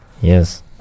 Yes